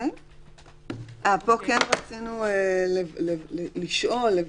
פה רצינו לשאול,